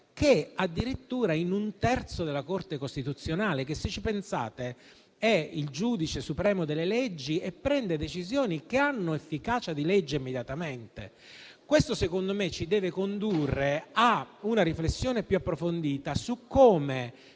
addirittura su un terzo della Corte costituzionale. Se ci pensate, essa è il giudice supremo delle leggi e prende decisioni che hanno efficacia di legge immediatamente. Questo - a mio avviso - ci deve condurre a una riflessione più approfondita su come